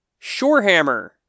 Shorehammer